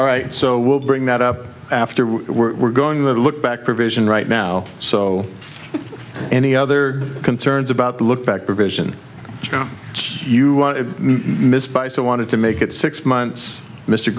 all right so we'll bring that up after we were going to look back provision right now so any other concerns about the look back provision you missed by so wanted to make it six months mr